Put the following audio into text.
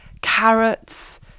carrots